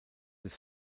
des